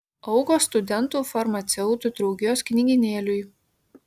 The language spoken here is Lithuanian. aukos studentų farmaceutų draugijos knygynėliui